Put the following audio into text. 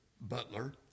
butler